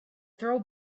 throw